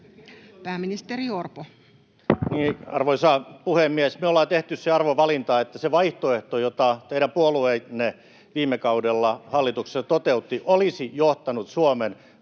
Content: Arvoisa puhemies! Me ollaan tehty se arvovalinta, että se vaihtoehto, jota teidän puolueenne viime kaudella hallituksessa toteutti, olisi johtanut Suomen vaarallisen